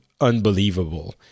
unbelievable